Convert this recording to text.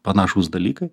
panašūs dalykai